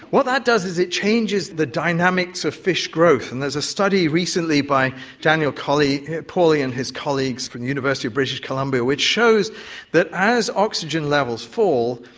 what that does is it changes the dynamics of fish growth. and there's a study recently by daniel pauly and his colleagues from the university of british columbia which shows that as oxygen levels fall,